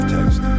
Text